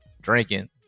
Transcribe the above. drinking